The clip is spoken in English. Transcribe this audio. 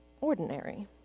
ordinary